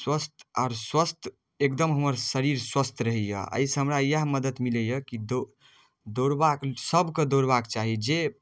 स्वस्थ आओर स्वस्थ एकदम हमर शरीर स्वस्थ रहैए एहिसँ हमरा इएह मदति मिलैए कि दौड़ दौड़बा सभके दौड़बाके चाही जे